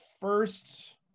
first